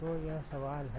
तो यह सवाल है